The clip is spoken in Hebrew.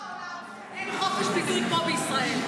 מדינה בעולם אין חופש ביטוי כמו בישראל.